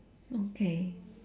okay